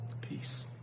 Peace